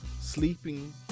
sleeping